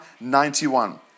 91